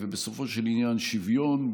ובסופו של עניין שוויון,